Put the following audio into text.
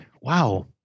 Wow